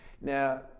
Now